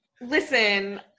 Listen